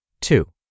Two